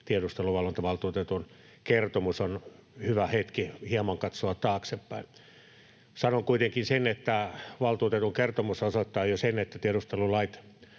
tiedusteluvalvontavaltuutetun kertomus, on hyvä hetki hieman katsoa taaksepäin. Sanon kuitenkin sen, että valtuutetun kertomus osoittaa jo sen, että tiedustelulait